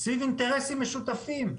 סביב אינטרסים משותפים,